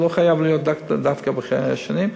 זה לא חייב להיות דווקא בחמש שנים,